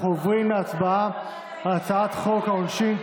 אנחנו עוברים להצבעה על הצעת חוק העונשין,